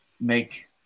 make